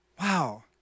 wow